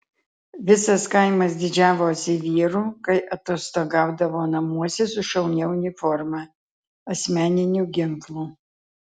visas kaimas didžiavosi vyru kai atostogaudavo namuose su šaunia uniforma asmeniniu ginklu